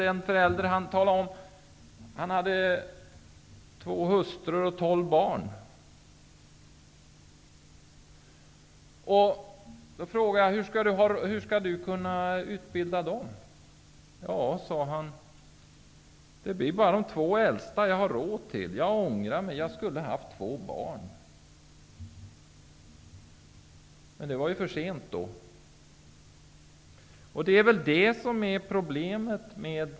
En förälder talade om att han hade två hustrur och tolv barn. Jag frågade honom hur han skulle kunna låta utbilda sina barn. Han svarade att han bara har råd att låta utbilda de två äldsta barnen. Han ångrade att han inte bara skaffat två barn, men nu var det ju för sent.